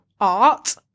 art